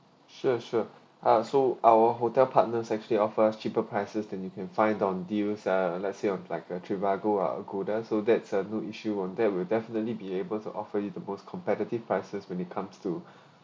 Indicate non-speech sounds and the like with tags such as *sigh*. sure sure ah so our hotel partners actually offers cheaper prices than you can find on deals uh let's say of like uh triviago or agoda so that's a no issue on that will definitely be able to offer you the most competitive prices when it comes to *breath*